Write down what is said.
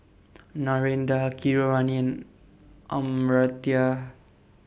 Narendra Keeravani Amartya